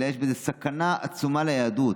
אלא יש בזה סכנה עצומה ליהדות,